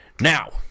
Now